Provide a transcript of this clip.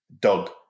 dog